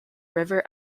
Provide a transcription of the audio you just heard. river